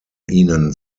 ihnen